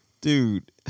dude